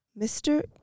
Mr